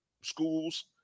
schools